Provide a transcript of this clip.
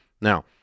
Now